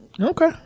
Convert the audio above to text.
Okay